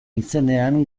izenean